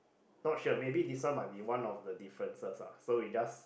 not sure maybe this one might be one of the differences lah so we just